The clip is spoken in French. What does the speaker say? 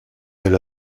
elle